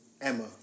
Emma